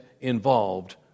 involved